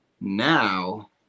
now